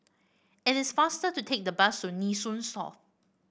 it is faster to take the bus to Nee Soon South